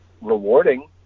rewarding